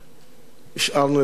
השארנו איזשהו רתק.